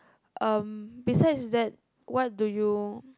um besides that what do you